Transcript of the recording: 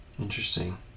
Interesting